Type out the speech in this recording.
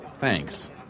Thanks